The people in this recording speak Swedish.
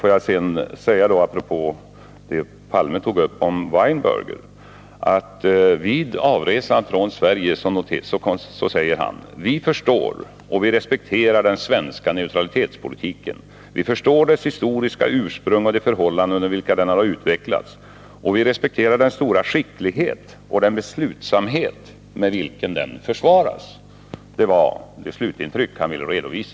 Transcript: Får jag sedan apropå det Olof Palme tog upp beträffande Weinberger säga att denne vid avresan från Sverige sade: ”Vi förstår och respekterar den svenska neutralitetspolitiken. Vi förstår dess historiska ursprung och de förhållanden under vilka den har utvecklats. Vi respekterar den stora skicklighet och den beslutsamhet med vilken den försvaras.” Det var detta slutintryck han ville redovisa.